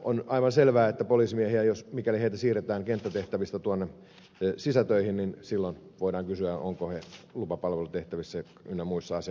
on aivan selvää että mikäli poliisimiehiä siirretään kenttätehtävistä sisätöihin silloin voidaan kysyä ovatko he lupapalvelutehtävissä ynnä muuta